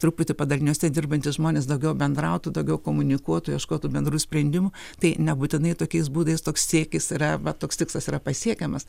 truputį padaliniuose dirbantys žmonės daugiau bendrautų daugiau komunikuotų ieškotų bendrų sprendimų tai nebūtinai tokiais būdais toks siekis yra bet toks tikslas yra pasiekiamas